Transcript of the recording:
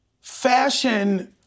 fashion